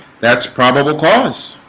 that's probable cause